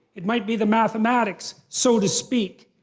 it might be the mathematics, so to speak,